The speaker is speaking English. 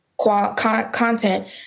content